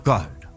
God